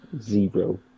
Zero